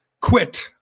quit